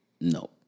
No